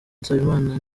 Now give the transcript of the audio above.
nsabimana